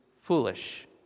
foolish